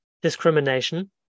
discrimination